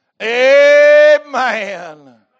Amen